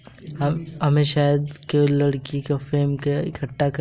हमने शहद को लकड़ी के फ्रेम पर इकट्ठा कर दिया है